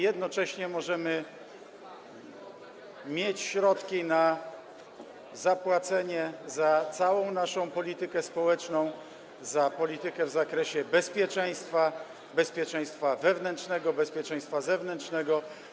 Jednocześnie możemy mieć środki na zapłacenie za całą naszą politykę społeczną, za politykę w zakresie bezpieczeństwa - bezpieczeństwa wewnętrznego, bezpieczeństwa zewnętrznego.